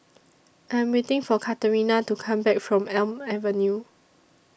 I'm waiting For Katarina to Come Back from Elm Avenue